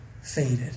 faded